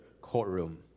courtroom